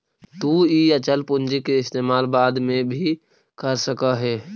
तु इ अचल पूंजी के इस्तेमाल बाद में भी कर सकऽ हे